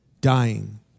dying